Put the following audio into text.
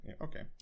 Okay